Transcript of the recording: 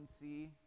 see